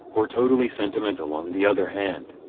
or totally sentimental on the other hand.